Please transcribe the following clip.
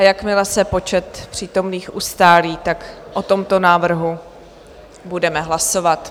Jakmile se počet přítomných ustálí, o tomto návrhu budeme hlasovat.